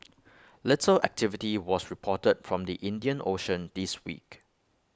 little activity was reported from the Indian ocean this week